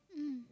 mm